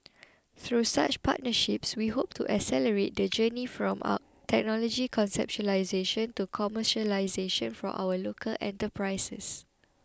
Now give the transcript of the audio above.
through such partnerships we hope to accelerate the journey from technology conceptualisation to commercialisation for our local enterprises